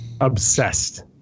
Obsessed